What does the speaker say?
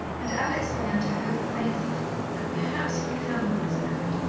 and alex began to hope faintly that perhaps when pamela was married,